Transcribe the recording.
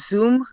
Zoom